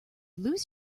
lose